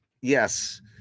Yes